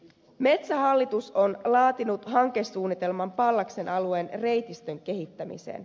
metsähallitus on laatinut hankesuunnitelman pallaksen alueen reitistön kehittämiseen